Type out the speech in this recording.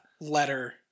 letter